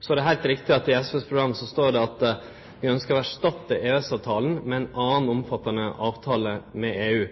Så er det heilt riktig at i SVs program står det at vi ønskjer å erstatte EØS-avtalen med ein annan omfattande avtale med EU.